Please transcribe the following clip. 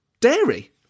dairy